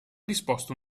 disposto